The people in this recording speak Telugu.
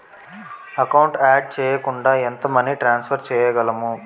ఎకౌంట్ యాడ్ చేయకుండా ఎంత మనీ ట్రాన్సఫర్ చేయగలము?